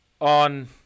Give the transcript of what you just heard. on